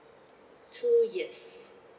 two years